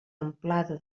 amplada